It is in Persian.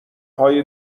های